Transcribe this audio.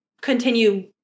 continue